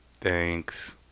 Thanks